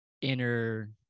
inner